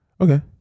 okay